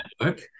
network